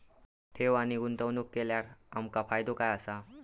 ठेव आणि गुंतवणूक केल्यार आमका फायदो काय आसा?